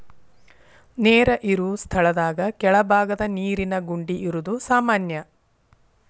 ನೇರ ಇರು ಸ್ಥಳದಾಗ ಕೆಳಬಾಗದ ನೇರಿನ ಗುಂಡಿ ಇರುದು ಸಾಮಾನ್ಯಾ